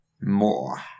More